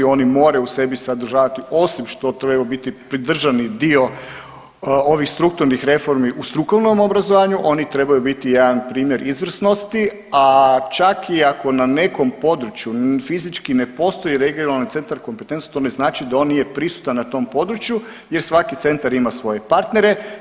Oni moraju u sebi sadržavati, osim što treba biti pridržani dio ovih strukturnih reformi u strukovnom obrazovanju, oni trebaju biti jedan primjer izvrsnosti, a čak i ako na nekom području fizički ne postoji regionalni centar kompetentnosti, to ne znači da ono nije prisutan na tom području jer svaki centar ima svoje partnere.